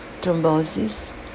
thrombosis